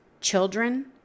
children